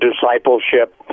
discipleship